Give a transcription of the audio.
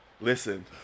Listen